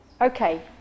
Okay